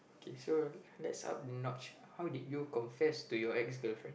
K so let's up a notch how did you confess to your ex girlfriend